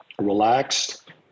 relaxed